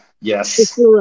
Yes